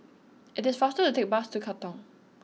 it is faster to take the bus to Katong